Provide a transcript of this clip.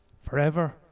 forever